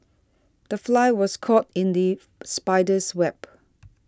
the fly was caught in the spider's web